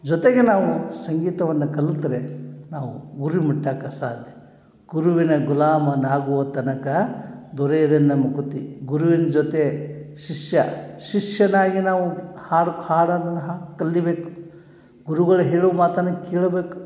ಜೊತೆಗೆ ನಾವು ಸಂಗೀತವನ್ನು ಕಲ್ತ್ರೆ ನಾವು ಗುರಿ ಮುಟ್ಟಾಕೆ ಸಾಧ್ಯ ಗುರಿವಿನ ಗುಲಾಮನಾಗುವ ತನಕ ದೊರೆಯದೆನ್ನ ಮುಕುತಿ ಗುರುವಿನ ಜೊತೆ ಶಿಷ್ಯ ಶಿಷ್ಯನಾಗಿ ನಾವು ಹಾಡು ಹಾಡೊದನ್ನ ಹಾ ಕಲಿಬೇಕು ಗುರುಗಳು ಹೇಳು ಮಾತನ್ನ ಕೇಳ್ಬೇಕು